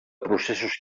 processos